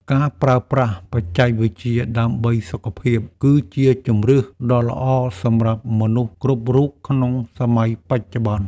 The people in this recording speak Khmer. ការប្រើប្រាស់បច្ចេកវិទ្យាដើម្បីសុខភាព គឺជាជម្រើសដ៏ល្អសម្រាប់មនុស្សគ្រប់រូបក្នុងសម័យបច្ចុប្បន្ន។